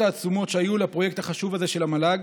העצומות שהיו לפרויקט החשוב הזה של המל"ג,